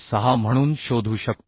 6 म्हणून शोधू शकतो